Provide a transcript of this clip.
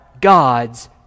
God's